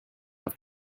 have